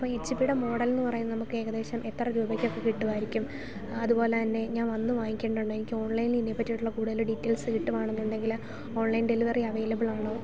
അപ്പോൾ ഈ H P ടെ മോഡൽ എന്ന് പറയുന്നത് നമുക്ക് ഏകദേശം എത്ര രൂപയ്ക്കൊക്കെ കിട്ടുമായിരിക്കും അതുപോലെത്തന്നെ ഞാൻ വന്ന് വാങ്ങിക്കേണ്ടതുണ്ടോ എനിക്ക് ഓൺലൈനിൽ ഇതിനെ പറ്റിയിട്ടുള്ള കൂടുതൽ ഡീറ്റെയിൽസ് കിട്ടുവാണെന്നുണ്ടെങ്കിൽ ഓൺലൈൻ ഡെലിവറി അവൈലബിളാണോ